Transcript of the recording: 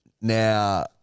Now